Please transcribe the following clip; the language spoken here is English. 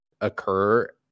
occur